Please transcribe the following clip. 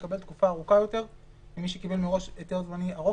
יקבל תקופה ארוכה יותר ממי שקיבל מראש היתר זמני ארוך יותר?